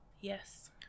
Yes